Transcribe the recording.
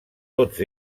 tots